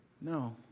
No